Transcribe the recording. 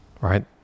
right